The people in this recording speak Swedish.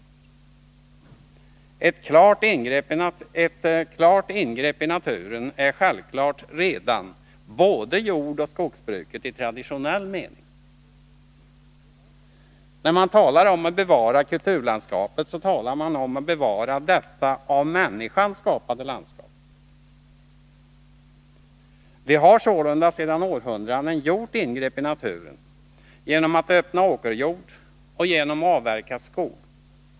Ett klart ingrepp i naturen är självklart redan både jordoch skogsbruk i traditionell mening. När man talar om att bevara kulturlandskapet så talar man om att bevara detta av människan skapade landskap. Vi har sålunda sedan århundraden gjort ingrepp i naturen genom att öppna åkerjord och genom att avverka skog.